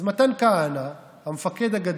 אז מתן כהנא, המפקד הגדול,